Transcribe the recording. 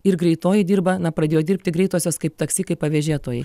ir greitoji dirba na pradėjo dirbti greitosios kaip taksi kaip pavėžėtojai